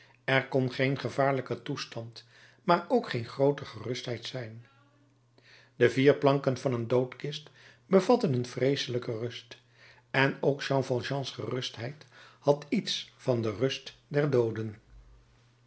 er kon geen gevaarlijker toestand maar ook geen grooter gerustheid zijn de vier planken van een doodkist bevatten een vreeselijke rust en ook jean valjeans gerustheid had iets van de rust der dooden